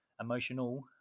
emotional